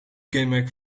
kenmerk